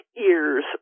ears